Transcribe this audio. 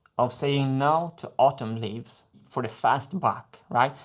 of saying no to autumn leaves for the fast buck, right?